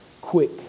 quick